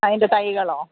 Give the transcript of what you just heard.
അതിൻറെ തൈകളോ